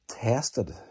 tested